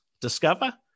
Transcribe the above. Discover